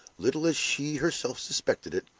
little as she herself suspected it,